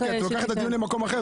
כי את לוקחת את הדיון למקום אחר,